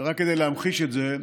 רק כדי להמחיש את זה: